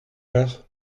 heure